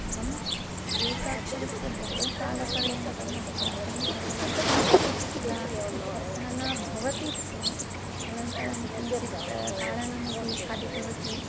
अहम् एकाक्षरस्य बहुकालपर्यन्तम् अभ्यासं करोमि स्म तदा मत्तः न भवति स्म अनन्तरं किञ्चित् ताडनमपि खादितवती